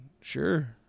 sure